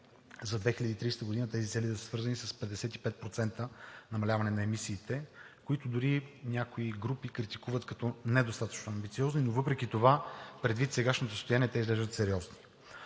за 2030 г. тези цели да са свързани с 55% намаляване на емисиите, които дори някои групи критикуват като недостатъчно амбициозни, но въпреки това, предвид сегашното състояние, те изглеждат сериозни.